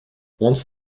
once